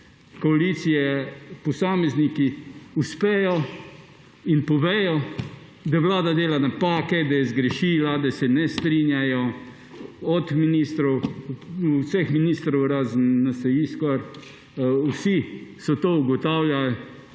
koalicije, posamezniki uspejo in povedo, da Vlada dela napake, da je zgrešila, da se ne strinjajo, od skoraj vseh ministrov, razen NSi, vsi so to ugotavljali,